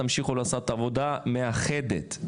תמשיכו לעשות עבודה מאחדת,